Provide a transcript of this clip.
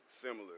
similar